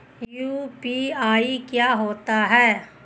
UPI क्या होता है?